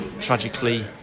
tragically